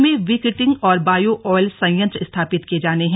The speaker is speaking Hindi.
राज्य में विक्रिटिंग और बायो ऑयल संयंत्र स्थापित किए जाने हैं